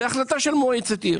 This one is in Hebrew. בהחלטה של מועצת עיר.